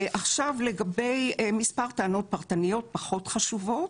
עכשיו לגבי מספר טענות פרטניות פחות חשובות.